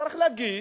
צריך להגיד,